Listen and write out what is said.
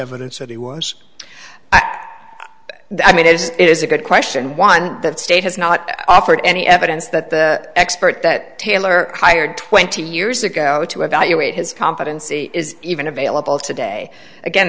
evidence that he was that i mean it is it is a good question one that state has not offered any evidence that the expert that taylor hired twenty years ago to evaluate his competency is even available today again